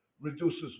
reduces